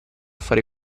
fare